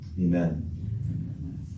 Amen